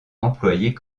employés